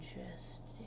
Interesting